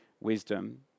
wisdom